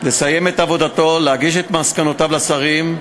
לסיים את עבודתו ולהגיש את מסקנותיו לשרים,